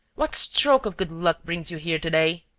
what stroke of good luck brings you here to-day?